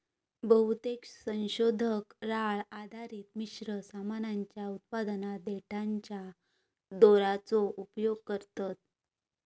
बहुतेक संशोधक राळ आधारित मिश्र सामानाच्या उत्पादनात देठाच्या दोराचो उपयोग करतत